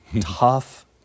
tough